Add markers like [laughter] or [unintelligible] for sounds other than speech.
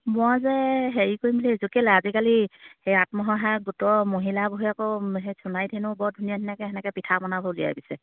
মই যে হেৰি কৰিম বুলি [unintelligible] আজিকালি সেই আত্মসহায়ক গোট মহিলাবিলাকৰ আকৌ সেই সোণাৰীত বৰ ধুনীয়া ধুনীয়াকে [unintelligible]